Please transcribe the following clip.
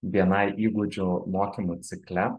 bni įgūdžių mokymų cikle